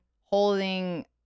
holding